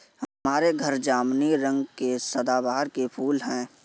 हमारे घर जामुनी रंग के सदाबहार के फूल हैं